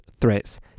threats